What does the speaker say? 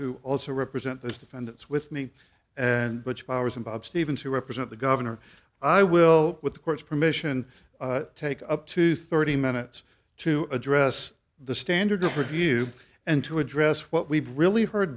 who also represent the defendants with me and which powers and bob stevens who represent the governor i will with the court's permission take up to thirty minutes to address the standard of review and to address what we've really heard